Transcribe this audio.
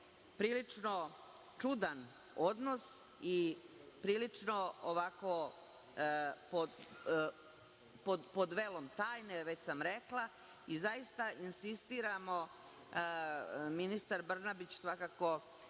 prilično čudan odnos i prilično pod velom tajne, što sam već rekla. Zaista insistiramo, ministar Brnabić svakako